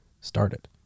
started